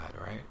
right